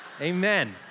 Amen